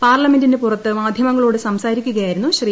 പാർലമെന്റിനു പുറത്ത് മാധ്യമങ്ങളോട് സംസാരിക്കുകയായിരുന്നു ശ്രീ